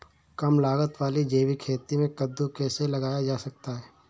कम लागत वाली जैविक खेती में कद्दू कैसे लगाया जा सकता है?